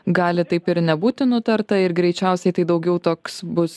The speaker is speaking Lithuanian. gali taip ir nebūti nutarta ir greičiausiai tai daugiau toks bus